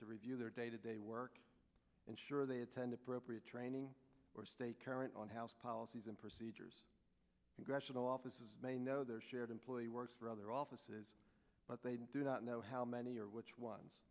to review their day to day work and sure they attend appropriate training or stay current on house policies and procedures congressional offices may know their shared employee works for other offices but they do not know how many are which ones